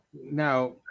Now